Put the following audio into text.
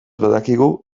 badakigu